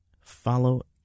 Follow